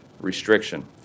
restriction